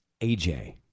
AJ